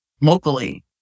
locally